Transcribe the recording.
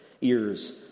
ears